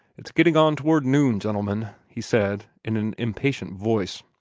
it's getting on toward noon, gentlemen, he said, in an impatient voice.